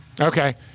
Okay